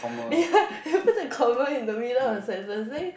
ya you put the comma in the middle of the sentence then